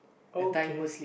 okay